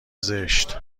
زشت